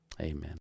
amen